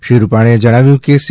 શ્રી રૂપાણીએ જણાવ્યું કે સી